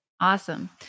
Awesome